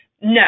No